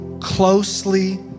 closely